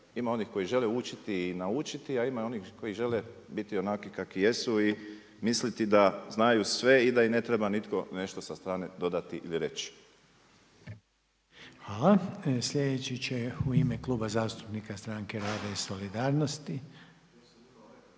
ima oni koji žele učiti i naučiti, a ima onih koji žele biti onakvi kakvi jesu i misliti da znaju sve i da im ne treba nitko nešto sa strane dodati ili reći. **Reiner, Željko (HDZ)** Hvala. Slijedeći će u ime Kluba zastupnika Stranke rada i solidarnosti.